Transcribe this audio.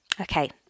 Okay